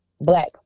Black